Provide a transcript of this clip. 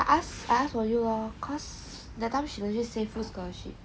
I ask for you lor cause that time she legit say full scholarship